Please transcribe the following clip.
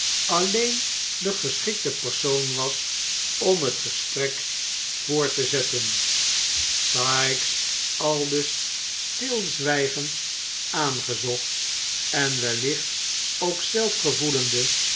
alleen de geschikte persoon was om het gesprek voort te zetten sikes aldus stilzwijgend aangezocht en wellicht ook zelf gevoelende